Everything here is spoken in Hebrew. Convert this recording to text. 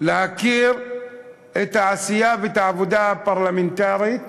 להכיר את העשייה ואת העבודה הפרלמנטרית